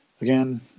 Again